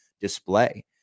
display